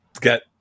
get